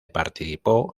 participó